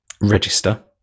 register